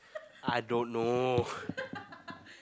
I don't know